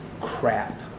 crap